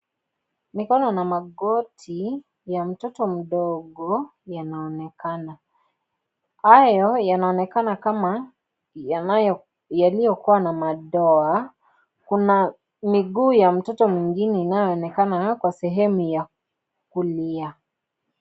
Mikono na magoti ya mtoto mdogo yanaonekana. Hayo, yanaonekana kama yanayokuwa na madoa, kuna miguu ya mtoto mwingine inayoonekana kwa sehemu ya kulia.